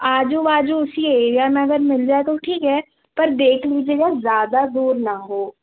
आजू बाजू उसी एरिया में अगर मिल जाए तो ठीक है पर देख लीजिएगा ज़्यादा दूर ना हो